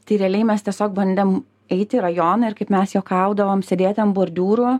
tai realiai mes tiesiog bandėm eiti į rajoną ir kaip mes juokaudavom sėdėti ant bordiūrų